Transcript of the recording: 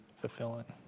fulfilling